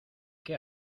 qué